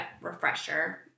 refresher